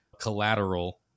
collateral